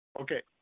Okay